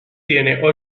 tiene